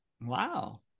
Wow